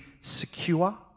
secure